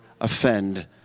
offend